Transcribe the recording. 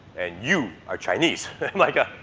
and you are chinese. i'm like, ah